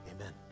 Amen